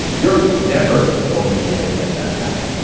you're never going to be able to get that back.